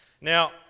Now